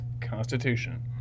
Constitution